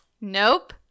Nope